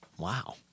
Wow